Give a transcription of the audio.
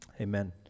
amen